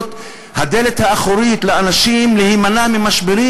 הדלת האחורית לאנשים להימנע ממשברים.